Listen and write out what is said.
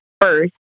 first